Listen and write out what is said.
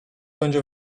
będzie